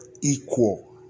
equal